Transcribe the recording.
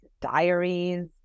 diaries